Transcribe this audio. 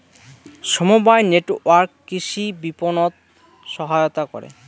সমবায় নেটওয়ার্ক কৃষি বিপণনত সহায়তা করে